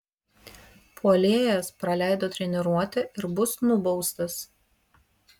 puolėjas praleido treniruotę ir bus nubaustas